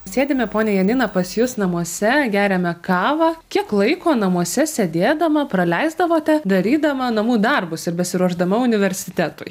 sėdime ponia janina pas jus namuose geriame kavą kiek laiko namuose sėdėdama praleisdavote darydama namų darbus ir besiruošdama universitetui